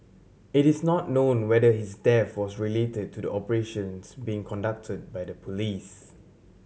it is not known whether his death was related to the operations being conducted by the police